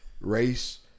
race